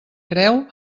creu